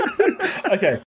Okay